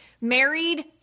married